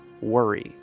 worry